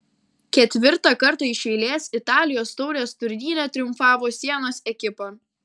ketvirtą kartą iš eilės italijos taurės turnyre triumfavo sienos ekipa